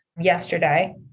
yesterday